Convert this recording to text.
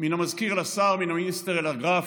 "מן המזכיר אל השר, מן המיניסטר אל הגראף",